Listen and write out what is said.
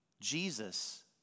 Jesus